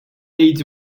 least